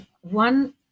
one